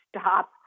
stop